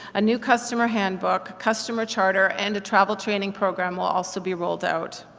a new customer handbook, customer charter and a travel training program will also be rolled out.